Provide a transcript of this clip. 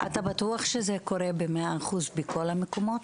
אתה בטוח שזה קורה במאה אחוז בכל המקומות?